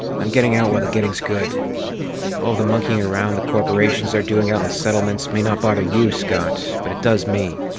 i'm getting out while the getting's good. all of the monkeying around the corporations are doing out in the settlements may not bother you, scott, but it does me.